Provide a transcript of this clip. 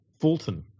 Fulton